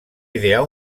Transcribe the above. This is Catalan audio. idear